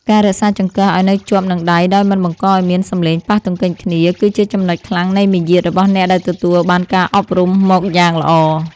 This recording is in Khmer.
ការរក្សាចង្កឹះឱ្យនៅជាប់នឹងដៃដោយមិនបង្កឱ្យមានសំឡេងប៉ះទង្គិចគ្នាគឺជាចំណុចខ្លាំងនៃមារយាទរបស់អ្នកដែលទទួលបានការអប់រំមកយ៉ាងល្អ។